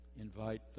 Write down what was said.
invite